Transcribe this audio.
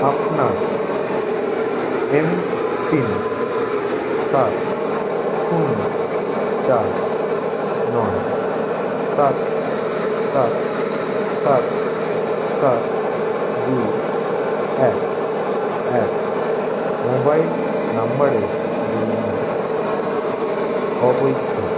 আপনার এমপিন সাত শূন্য চার নয় সাত সাত সাত সাত দুই এক এক মোবাইল নাম্বারের জন্য অবৈধ